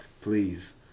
please